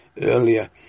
earlier